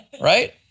right